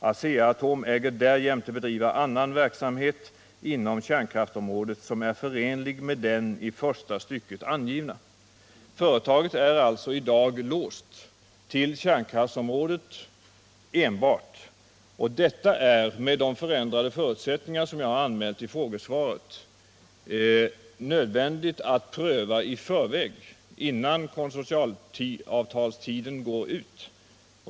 Företaget är alltså i dag låst till verksamhet enbart inom kärnkraftsområdet, och det är med de förändrade förutsättningar som jag har anmält i mitt frågesvar nödvändigt att pröva detta förhållande innan konsortialavtalstiden går ut.